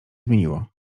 zmieniło